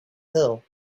hill